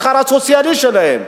השכר הסוציאלי שלהם?